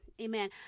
Amen